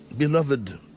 beloved